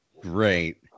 great